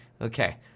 okay